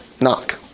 Knock